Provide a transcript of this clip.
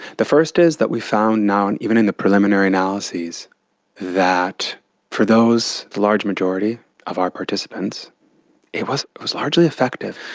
the first is that we've found now and even in the preliminary analysis that for those large majority of our participants it was was largely effective,